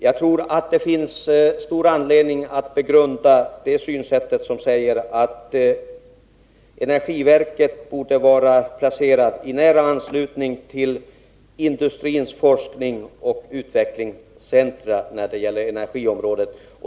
Jag tror att det finns stor anledning att begrunda det synsätt som säger att energiverket borde vara placerat i nära anslutning till industrins forskningsoch utvecklingscentra på energiområdet.